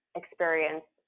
experience